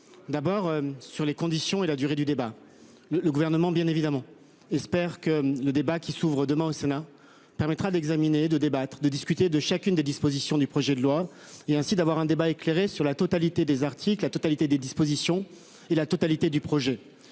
D'abord sur les conditions et la durée du débat. Le le gouvernement bien évidemment espère que le débat qui s'ouvre demain au Sénat, permettra d'examiner de débattre de discuter de chacune des dispositions du projet de loi et ainsi d'avoir un débat éclairé sur la totalité des articles la totalité des dispositions et la totalité du projet.